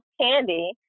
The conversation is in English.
candy